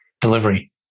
delivery